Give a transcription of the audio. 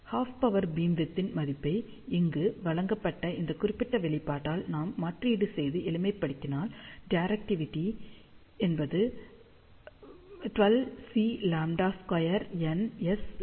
half power beamwidth இன் மதிப்பை இங்கு வழங்கப்பட்ட இந்த குறிப்பிட்ட வெளிப்பாட்டால் நாம் மாற்றீடு செய்து எளிமைப்படுத்தினால் டிரெக்டிவிடி 12Cλ2 n Sλ